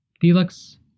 Felix